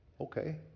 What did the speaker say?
okay